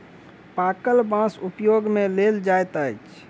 पाकल बाँस उपयोग मे लेल जाइत अछि